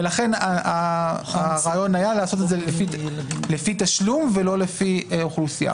לכן הרעיון היה לעשות את זה לפי תשלום ולא לפי אוכלוסייה.